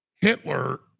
Hitler